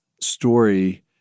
story